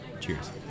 Cheers